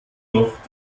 noch